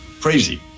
crazy